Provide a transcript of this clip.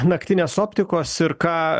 naktinės optikos ir ką